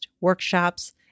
workshops